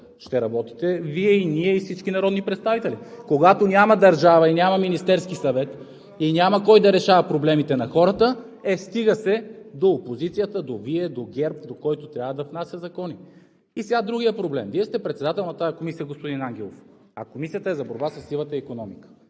ще работите Вие, и ние, и всички народни представители. Когато няма държава и няма Министерски съвет, и няма кой да решава проблемите на хората, е – стига се до опозицията, до Вас, до ГЕРБ, до който трябва да внася закони. И сега другият проблем. Вие сте председател на тази комисия, господин Ангелов, а Комисията е за борба със сивата икономика.